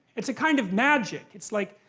it's a kind of magic. it's like,